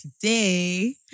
today